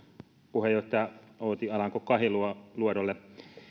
puheenjohtaja outi alanko kahiluodolle